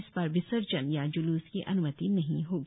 इस बार विसर्जन या जुल्स की अन्मति नहीं होगी